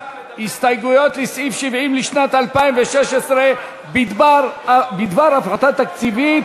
הסתייגויות לסעיף 70 לשנת 2016 בדבר הפחתה תקציבית.